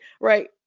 right